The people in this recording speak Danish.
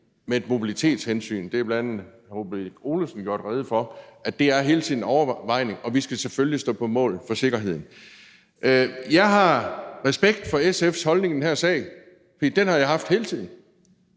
med et mobilitetshensyn. Det har bl.a. hr. Ole Birk Olesen gjort rede for hele tiden er en afvejning, og vi skal selvfølgelig stå på mål for sikkerheden. Jeg har respekt for SF's holdning i den her sag, for den har jeg haft hele tiden,